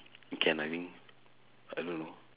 can I think I don't know